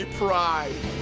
pride